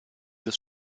des